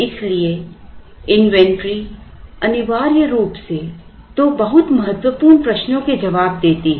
इसलिए इन्वेंट्री अनिवार्य रूप से दो बहुत महत्वपूर्ण प्रश्नों के जवाब देती है